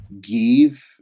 give